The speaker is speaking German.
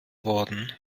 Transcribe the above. worden